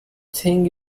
thing